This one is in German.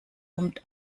kommt